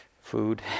food